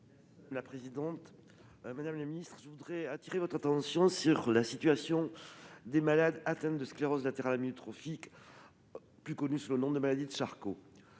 de la santé. Madame la ministre, je voudrais attirer votre attention sur la situation des malades atteints de sclérose latérale amyotrophique (SLA) ou maladie de Charcot.